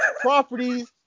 properties